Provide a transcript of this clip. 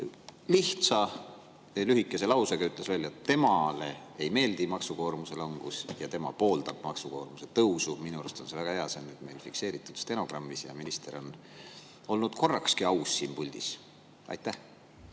lihtsa ja lühikese lausega ütles välja, et temale ei meeldi maksukoormuse langus ja tema pooldab maksukoormuse tõusu. Minu arust on väga hea, et see on meil nüüd fikseeritud stenogrammis ja minister on olnud korrakski aus siin puldis. Aitäh!